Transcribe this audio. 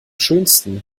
schönsten